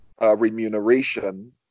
remuneration